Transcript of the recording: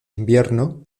invierno